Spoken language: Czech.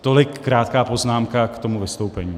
Tolik krátká poznámka k tomu vystoupení.